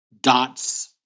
dots